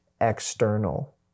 external